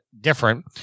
different